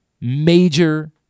Major